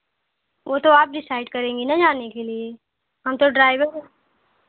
वह तो आप डिसाइड करेंगी ना जाने के लिए हम तो ड्राइवर